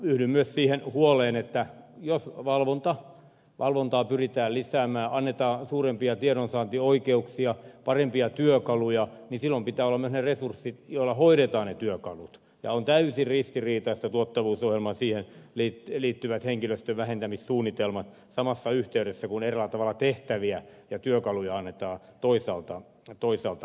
yhdyn myös siihen huoleen että jos valvontaa pyritään lisäämään annetaan suurempia tiedonsaantioikeuksia parempia työkaluja niin silloin pitää olla myös ne resurssit joilla hoidetaan ne työkalut ja täysin ristiriitaisia ovat tuottavuusohjelmaan liittyvät henkilöstövähentämissuunnitelmat samassa yhteydessä kun eräällä tavalla tehtäviä ja työkaluja annetaan toisaalta lisää